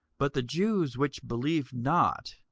but the jews which believed not,